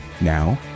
Now